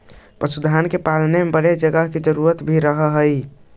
पशुधन को पालने में बड़े जगह की जरूरत भी रहअ हई